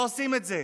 לא עושים את זה.